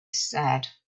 said